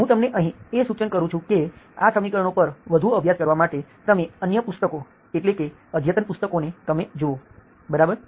હું તમને અહીં એ સૂચન કરું છું કે આ સમીકરણો પર વધુ અભ્યાસ કરવા માટે તમે અન્ય પુસ્તકો એટલે કે અદ્યતન પુસ્તકોને તમે જુઓ બરાબર